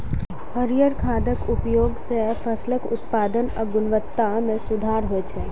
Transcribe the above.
हरियर खादक उपयोग सं फसलक उत्पादन आ गुणवत्ता मे सुधार होइ छै